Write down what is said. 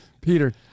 Peter